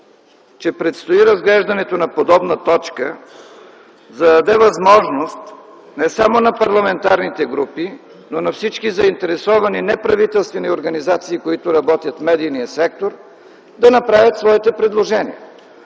че предстои разглеждането на подобна точка, за да даде възможност не само на парламентарните групи, но на всички заинтересовани неправителствени организации, които работят в медийния сектор, да направят своите предложения,